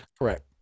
Correct